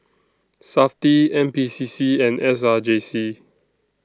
Safti N P C C and S R J C